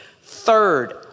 Third